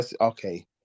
Okay